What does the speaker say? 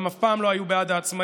הם אף פעם לא היו בעד העצמאים,